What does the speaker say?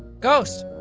ghost.